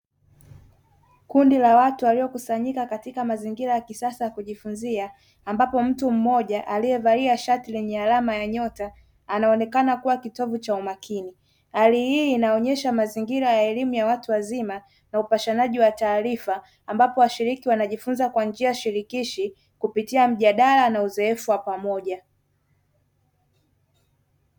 Kundi la watu waliokusanyika katika mazingira ya kisasa ya kujifunzia, ambapo mtu mmoja aliyevalia shati lenye alama ya nyota anaonekana kuwa kitovu cha umakini; hali hii inaonyesha mazingira ya elimu ya watu wazima na upashanaji wa taarifa ambapo washiriki wanajifunza kwa njia shirikishi kupitia mjadala na uzoefu wa pamoja.